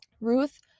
Ruth